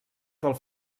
del